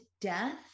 death